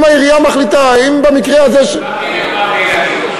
אם העירייה מחליטה, אם במקרה הזה, יש מבנה,